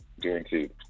Guaranteed